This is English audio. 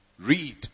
Read